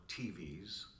TVs